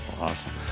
awesome